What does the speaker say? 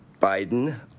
Biden